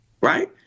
Right